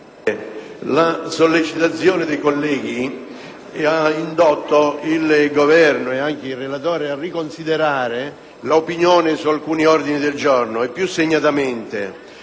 la sollecitazione dei colleghi ha indotto il Governo ed anche il relatore a riconsiderare l'opinione su alcuni ordini del giorno. In particolare,